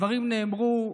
הדברים נאמרו.